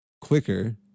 quicker